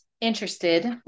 interested